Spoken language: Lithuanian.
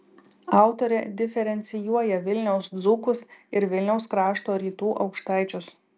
autorė diferencijuoja vilniaus dzūkus ir vilniaus krašto rytų aukštaičius